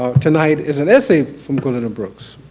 ah tonight is an essay from gwendolyn brooks.